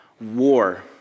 war